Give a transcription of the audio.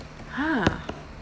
!huh!